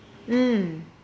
mm